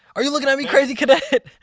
are you lookin at me crazy, cadet?